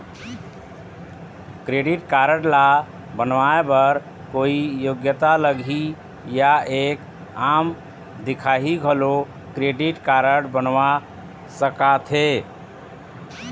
Credit card ला बनवाए बर कोई योग्यता लगही या एक आम दिखाही घलो क्रेडिट कारड बनवा सका थे?